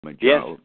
Yes